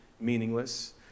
meaningless